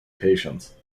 patients